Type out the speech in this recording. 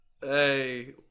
Hey